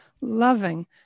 loving